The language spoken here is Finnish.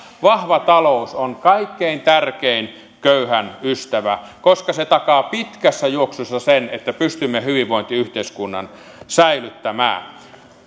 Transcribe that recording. vahva talous on kaikkein tärkein köyhän ystävä koska se takaa pitkässä juoksussa sen että pystymme hyvinvointiyhteiskunnan säilyttämään